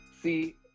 see